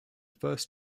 first